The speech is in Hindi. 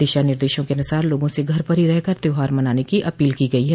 दिशा निर्देशों के अनुसार लोगों से घर पर ही रहकर त्यौहार मनाने की अपील की गई है